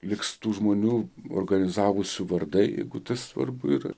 liks tų žmonių organizavusių vardai jeigu tas svarbu yra